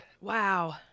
Wow